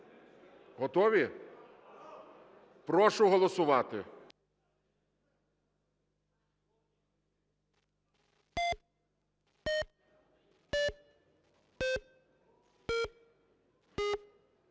Готові? Прошу голосувати.